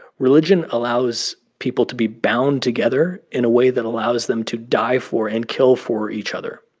religion allows people to be bound together in a way that allows them to die for and kill for each other.